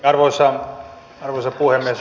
arvoisa puhemies